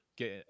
get